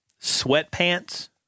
sweatpants